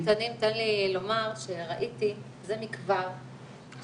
רק תן לי לומר שראיתי זה מכבר,